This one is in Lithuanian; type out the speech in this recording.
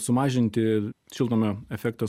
sumažinti šiltnamio efektą